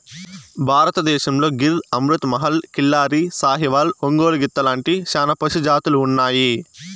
భారతదేశంలో గిర్, అమృత్ మహల్, కిల్లారి, సాహివాల్, ఒంగోలు గిత్త లాంటి చానా పశు జాతులు ఉన్నాయి